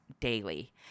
daily